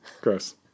Gross